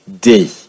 day